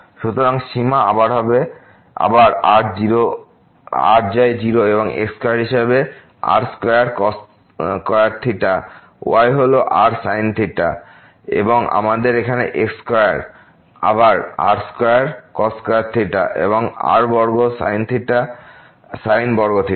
সুতরাং সীমা আবার r যায় 0 এবং x স্কয়ার হিসাবে r square cos square theta y হল r sin theta এবং আমাদের এখানে x স্কয়ার আবার r square cos square theta এবং r বর্গ sin বর্গ থিটা